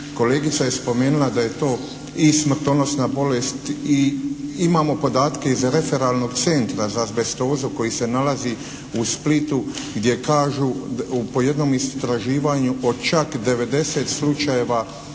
kolegica je spomenula da je to i smrtonosna bolest i imamo podatke iz referalnog Centra za azbestozu koji se nalazi u Splitu gdje kažu po jednom istraživanju od čak 90 slučajeva